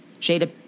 Jada